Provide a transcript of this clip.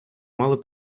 мали